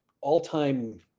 all-time